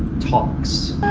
talks.